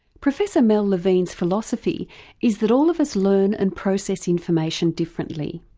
professor mel levine's philosophy is that all of us learn and process information differently.